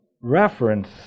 reference